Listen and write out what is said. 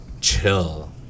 chill